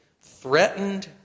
threatened